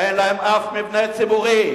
אין להם אף מבנה ציבורי.